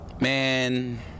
man